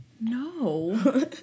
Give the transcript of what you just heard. No